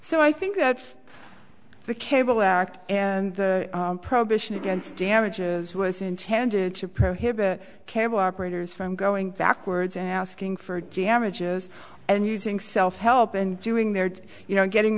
so i think that's the cable act and the prohibition against damages was intended to prohibit cable operators from going backwards and asking for damages and using self help and doing their you know getting